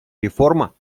реформа